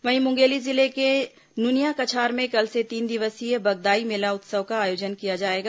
वहीं मुंगेली जिले के नूनियाकछार में कल से तीन दिवसीय बगदाई मेला उत्सव का आयोजन किया जाएगा